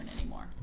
anymore